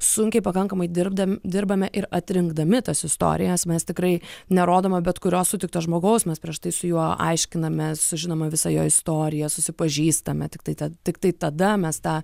sunkiai pakankamai dirbdam dirbame ir atrinkdami tas istorijas mes tikrai nerodome bet kurio sutikto žmogaus mes prieš tai su juo aiškinamės sužinoma visa jo istorija susipažįstame tiktai tad tiktai tada mes tą